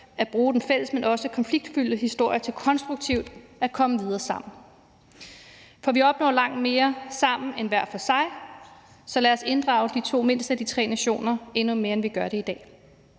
at bruge den fælles, men også konfliktfyldte, historie til konstruktivt at komme videre sammen. For vi opnår langt mere sammen end hver for sig. Så lad os inddrage de to mindste af de tre nationer endnu mere, end vi gør det i dag.